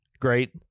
great